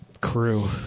crew